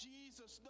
Jesus